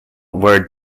word